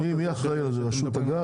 מי אחראי על גז